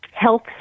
health